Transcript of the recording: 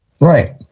right